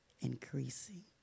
increasing